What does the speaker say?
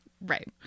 right